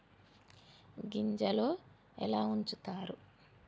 గింజలు ఎలా ఉంచుతారు?